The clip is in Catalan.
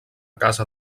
casa